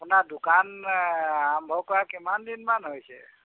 আপোনাৰ দোকান আৰম্ভ কৰা কিমানদিনমান হৈছে